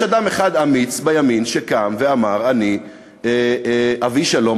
יש אדם אחד אמיץ בימין שקם ואמר: אני אביא שלום,